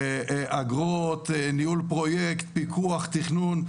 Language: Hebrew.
אגרות, ניהול פרוייקט, פיקוח, תכנון.